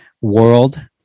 world